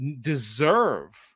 deserve